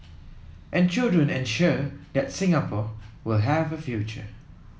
and children ensure that Singapore will have a future